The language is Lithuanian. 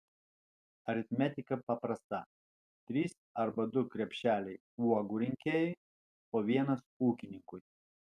aritmetika paprasta trys arba du krepšeliai uogų rinkėjui o vienas ūkininkui